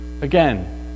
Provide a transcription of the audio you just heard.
again